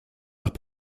nach